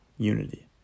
unity